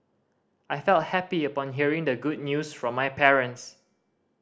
I felt happy upon hearing the good news from my parents